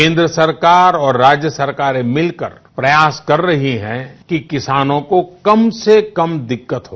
केन्द्र सरकार और राज्य सरकारें मितकर प्रयास कर रही हैं कि किसानों को कम से कम दिक्कत हो